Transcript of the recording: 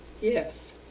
Yes